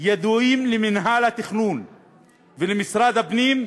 ידועים למינהל התכנון ולמשרד הפנים,